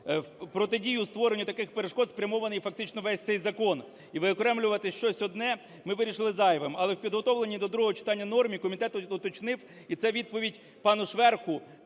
Протидію в створенні таких перешкод спрямований фактично весь цей закон, і виокремлювати щось одне ми вирішили зайвим. Але в підготовленій до другого читання нормі комітет уточнив, і це відповідь пану Шверку